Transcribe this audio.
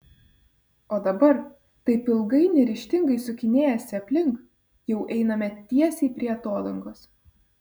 o dabar taip ilgai neryžtingai sukinėjęsi aplink jau eime tiesiai prie atodangos